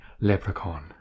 Leprechaun